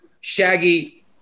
Shaggy